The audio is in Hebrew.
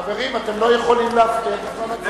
חברים, אתם לא יכולים להפריע בזמן הצבעה.